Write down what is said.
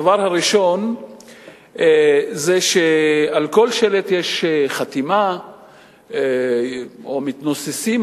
הדבר הראשון זה שעל כל שלט יש חתימה או מתנוססים